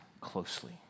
closely